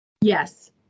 Yes